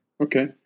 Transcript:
Okay